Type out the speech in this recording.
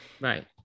right